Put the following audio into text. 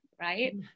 Right